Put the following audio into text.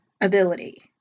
ability